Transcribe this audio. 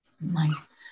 Nice